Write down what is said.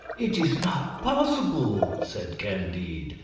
it is not possible! said candide.